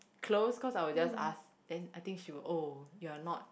close cause I will just ask then she will just oh you are not